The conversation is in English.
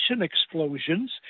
explosions